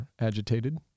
agitated